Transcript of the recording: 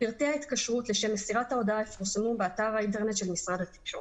פרטי ההתקשרות לשם מסירת ההודעה יפורסמו באתר האינטרנט של משרד התקשורת.